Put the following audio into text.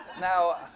Now